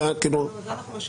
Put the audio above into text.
את זה אנחנו משאירים.